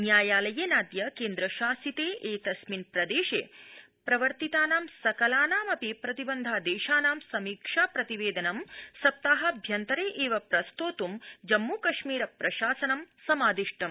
न्यायालयेनाद्य केन्द्रशासितप्रदेशे जम्मू कश्मीरे प्रवर्तितानां सकलानामपि प्रतिबन्धादेशानां समीक्षा प्रतिवेदनं सप्ताहाभ्यन्तरे एव प्रस्तोत् जम्मूकश्मीर प्रशासनं समादिष्टम्